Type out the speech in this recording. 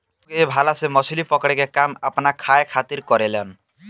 लोग ए भाला से मछली पकड़े के काम आपना खाए खातिर करेलेन